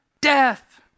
death